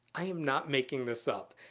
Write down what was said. i'm not making this up.